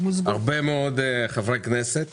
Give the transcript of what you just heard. הרבה מאוד חברי כנסת